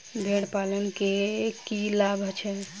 भेड़ पालन केँ की लाभ छै?